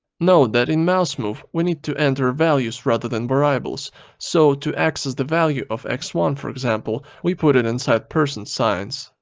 note that in mousemove we need to enter values rather than variables so to access the value of x one for example we put it inside percent signs.